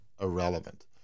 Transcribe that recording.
irrelevant